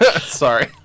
Sorry